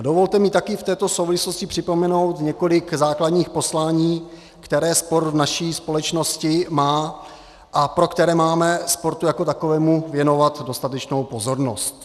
A dovolte mi také v této souvislosti připomenout několik základních poslání, která sport v naší společnosti má a pro která máme sportu jako takovému věnovat dostatečnou pozornost.